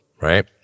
right